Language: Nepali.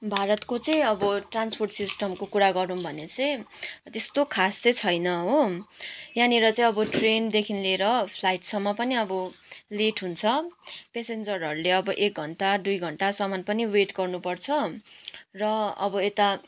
भारतको चाहिँ अब ट्रान्सपोर्ट सिस्टमको कुरा गरौँ भने चाहिँ त्यस्तो खास चाहिँ छैन हो यहाँनेर चाहिँ अब ट्रेनदेखि लिएर फ्लाइटसम्म पनि अब लेट हुन्छ पेसेन्जरहरूले अब एक घण्टा दुई घण्टासम्म पनि वेट गर्नु पर्छ र अब यता